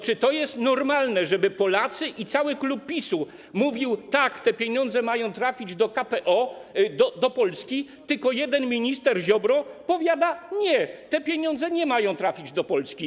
Czy to jest normalne, żeby Polacy i cały klub PiS mówili: tak, te pieniądze mają trafić do KPO, do Polski, a tylko jeden minister Ziobro powiada: nie, te pieniądze nie mają trafić do Polski?